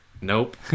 Nope